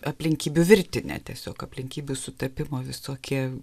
aplinkybių virtinė tiesiog aplinkybių sutapimo visokie